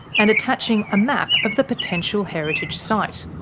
and attaching a map of the potential heritage site.